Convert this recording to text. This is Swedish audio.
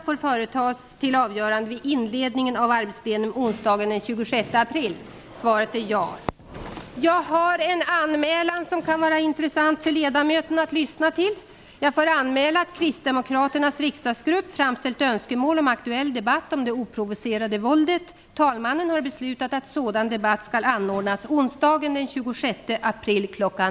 Nu förs en diskussion på arbetsplatser, i hemmen och i offentlig debatt omkring våldets omfattning, orsaker och möjligheterna att motverka detta. I riksdagen bör också en debatt på detta tema komma till stånd med debattörer på hög nivå, helst partiledarnivå, Det är bakgrunden till vår begäran.